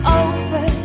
over